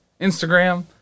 Instagram